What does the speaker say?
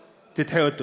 היא תדחה.